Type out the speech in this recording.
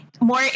More